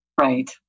right